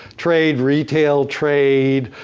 trade, retail trade,